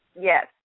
Yes